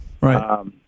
Right